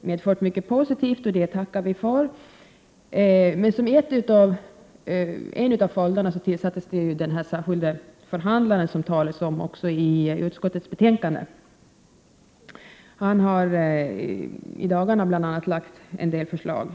medfört mycket positivt, och det tackar vi för. Ett resultat av utredningen var att man tillsatte den statlige förhandlare som utskottet också nämner. Han har bl.a. i dagarna framlagt en del förslag.